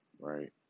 right